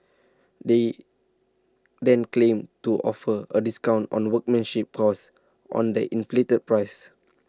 they then claim to offer A discount on workmanship cost on the inflated price